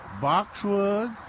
boxwood